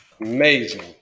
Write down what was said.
Amazing